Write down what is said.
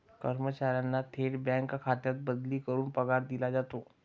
कर्मचाऱ्यांना थेट बँक खात्यात बदली करून पगार दिला जातो